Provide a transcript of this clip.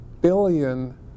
billion